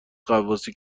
غواصی